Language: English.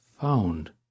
found